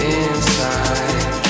inside